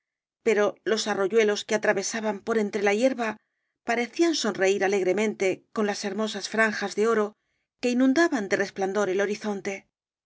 pero los arroyuelos que atravesaban por entre la hierba parecían sonreír alegremente con las hermosas franjas de oro que inundaban de resplandor el horizonte